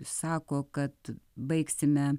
sako kad baigsime